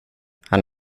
han